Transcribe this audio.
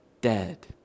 dead